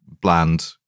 bland